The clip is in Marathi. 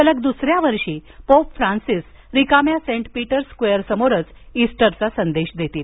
सलग दुसऱ्या वर्षी पोप फ्रान्सिस रिकाम्या सेंट पीटर्स स्क्वेअरसमोरच ईस्टरचा संदेश देतील